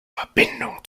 verbindung